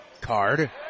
Card